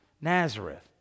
Nazareth